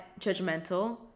judgmental